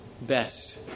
best